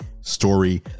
Story